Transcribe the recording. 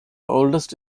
oldest